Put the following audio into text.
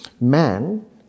man